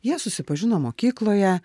jie susipažino mokykloje